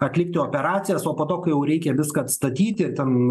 atlikti operacijas o po to kai jau reikia viską atstatyti ten